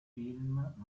film